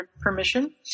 permission